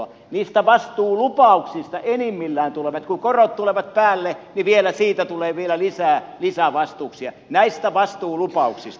niistä vastuulupauksista enimmillään tulee kun korot tulevat päälle vielä lisää vastuita näistä vastuulupauksista